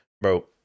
Bro